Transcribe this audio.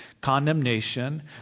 condemnation